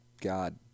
god